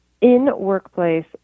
in-workplace